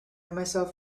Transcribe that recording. myself